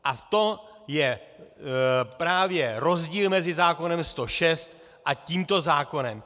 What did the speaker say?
A to je právě rozdíl mezi zákonem 106 a tímto zákonem.